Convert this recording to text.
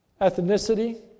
ethnicity